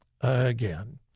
again